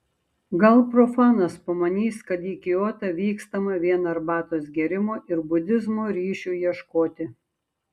gal profanas pamanys kad į kiotą vykstama vien arbatos gėrimo ir budizmo ryšių ieškoti